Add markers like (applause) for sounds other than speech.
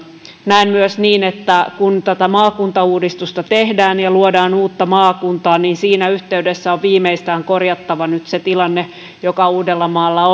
näen myös niin että kun tätä maakuntauudistusta tehdään ja luodaan uutta maakuntaa siinä yhteydessä on nyt viimeistään korjattava se tilanne joka uudellamaalla (unintelligible)